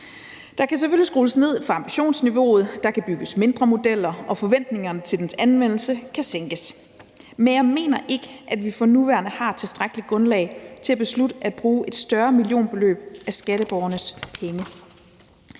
Der kan selvfølgelig skrues ned for ambitionsniveauet – der kan bygges mindre modeller – og forventningerne til dens anvendelse kan sænkes. Men jeg mener ikke, at vi for nuværende har tilstrækkeligt grundlag til at beslutte at bruge et større millionbeløb af skatteborgernes penge.